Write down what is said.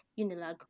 Unilag